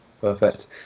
Perfect